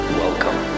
welcome